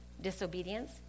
disobedience